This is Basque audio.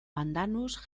pandanus